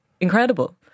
incredible